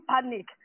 panic